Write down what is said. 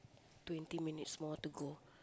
twenty minutes more to go